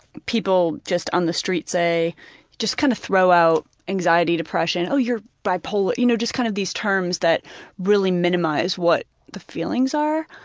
people just on the street say just kind of throw out anxiety, depression, oh, you're bipolar, you know, just kind of these terms that really minimize what the feelings are.